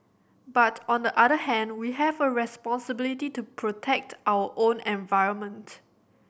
but on the other hand we have a responsibility to protect our own environment